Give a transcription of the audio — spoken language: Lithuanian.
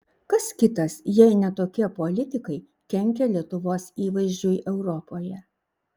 kas kitas jei ne tokie politikai kenkia lietuvos įvaizdžiui europoje